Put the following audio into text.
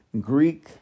Greek